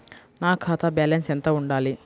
నా ఖాతా బ్యాలెన్స్ ఎంత ఉండాలి?